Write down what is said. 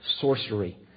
sorcery